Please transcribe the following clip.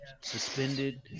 suspended